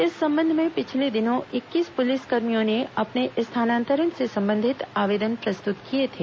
इस संबंध में पिछले दिनों इक्कीस पुलिसकर्मियों ने अपने स्थानांतरण से संबंधित आवेदन प्रस्तुत किए थे